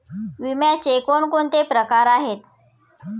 विम्याचे कोणकोणते प्रकार आहेत?